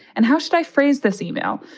and how should i phrase this email?